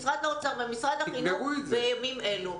משרד האוצר ומשרד החינוך בימים אלה.